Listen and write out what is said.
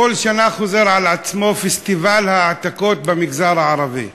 כל שנה חוזר על עצמו פסטיבל ההעתקות במגזר הערבי,